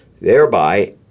Thereby